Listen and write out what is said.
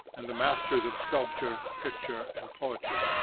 and the masters of sculpture, picture, and poetry.